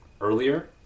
earlier